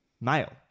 male